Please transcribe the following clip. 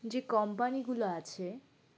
যে কোম্পানিগুলো আছে